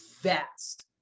vast